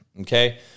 Okay